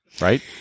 right